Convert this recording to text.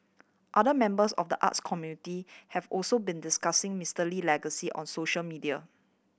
other members of the arts community have also been discussing Mister Lee legacy on social media